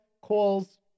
calls